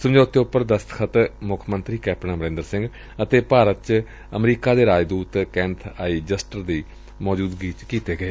ਸਮਰੋਂਤੇ ਉੱਪਰ ਦਸਤਖ਼ਤ ਮੁੱਖ ਮੰਤਰੀ ਕੈਪਟਨ ਅਮਰਿੰਦਰ ਸਿੰਘ ਅਤੇ ਭਾਰਤ ਚ ਅਮਰੀਕਾ ਦੇ ਰਾਜਦੁਤ ਕੈਬ ਆਈ ਜਸਟਿਰ ਦੀ ਮੌਜ਼ਦਗੀ ਚ ਕੀਤੇ ਗਏ